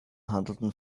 handelten